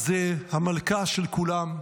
אז המלכה של כולם,